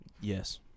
Yes